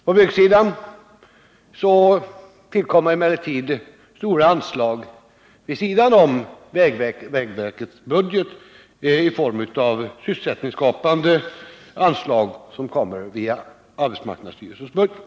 På byggsidan tillkommer emellertid stora anslag vid sidan om vägverkets budget i form av sysselsättningsskapande anslag via arbetsmarknadsstyrelsens budget.